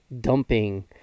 dumping